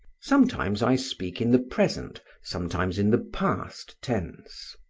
sometimes i speak in the present, sometimes in the past tense.